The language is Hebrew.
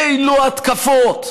אילו התקפות,